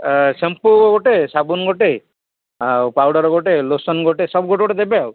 shampoo ଗୋଟେ ସାବୁନ ଗୋଟେ ଆଉ ପାଉଡ଼ର ଗୋଟେ ଲୋସନ୍ ଗୋଟେ ସବୁ ଗୋଟେ ଗୋଟେ ଦେବେ ଆଉ